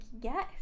yes